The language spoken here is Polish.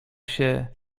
się